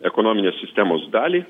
ekonominės sistemos dalį